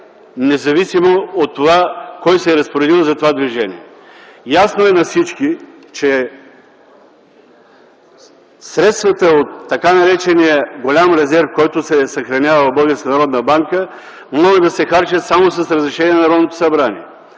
независимо от това кой се е разпоредил за това движение. Ясно е на всички, че средствата от така наречения голям резерв, който се съхранява в Българска народна банка, могат да се харчат само с разрешение на Народното събрание.